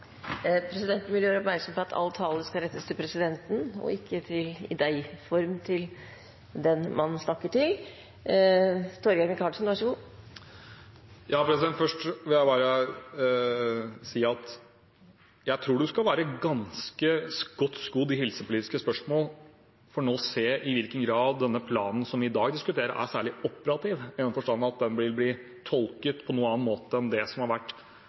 Presidenten vil gjøre oppmerksom på at all tale skal rettes til presidenten – ikke «deg»-form til den man snakker til. Først vil jeg bare si at jeg tror en skal være ganske godt skodd i helsepolitiske spørsmål for å se i hvilken grad den planen som vi i dag diskuterer, er særlig operativ, i den forstand at den vil bli tolket på noen annen måte enn planer tidligere iverksatt av den sittende regjering, og helseminister, til enhver tid. Jeg gjentar det